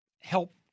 help